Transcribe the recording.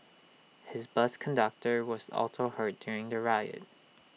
his bus conductor was also hurt during the riot